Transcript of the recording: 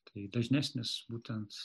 tai dažnesnis būtent